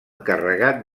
encarregat